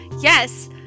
Yes